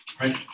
right